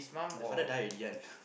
the father die already one